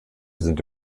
sind